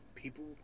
people